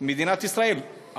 מדינת ישראל,